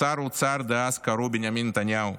לשר האוצר קראו אז בנימין נתניהו,